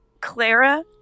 Clara